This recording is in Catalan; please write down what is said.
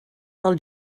del